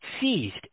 seized